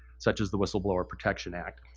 such as the whistleblower protection act,